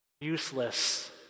useless